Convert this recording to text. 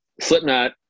Slipknot